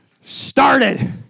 started